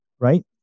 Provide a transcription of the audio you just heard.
right